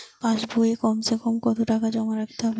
পাশ বইয়ে কমসেকম কত টাকা জমা রাখতে হবে?